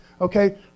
Okay